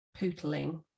pootling